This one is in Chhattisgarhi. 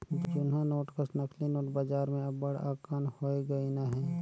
जुनहा नोट कस नकली नोट बजार में अब्बड़ अकन होए गइन अहें